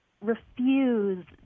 refuse